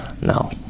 No